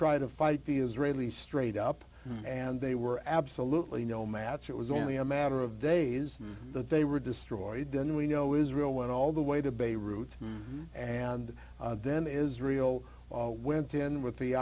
try to fight the israelis straight up and they were absolutely no match it was only a matter of days that they were destroyed then we know israel went all the way to beirut and then israel all went in with the